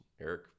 Eric